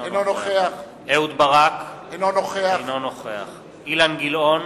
אינו נוכח אהוד ברק, אינו נוכח אילן גילאון,